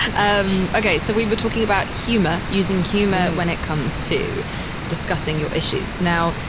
ah um ok, so we were talking about humor, using humor when it comes to discussing your issues. now,